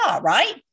right